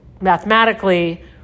mathematically